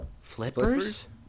Flippers